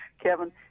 Kevin